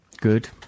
Good